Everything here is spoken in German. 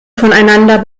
voneinander